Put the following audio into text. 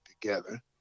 together